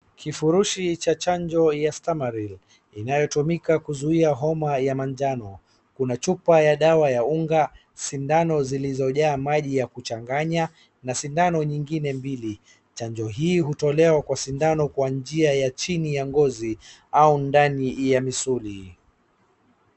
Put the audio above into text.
Kifurushi cha chanjo ya stamaril inayotumika kuzuia homa ya manjano, kuna chupa ya dawa ya unga, sindano zilizojaa maji ya kuchanganya na sindano nyingine mbili. Chanjo hii hutolewa kwa sindano kwa njia ya chini ya ngozi au ndani ya misuli.